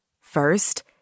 First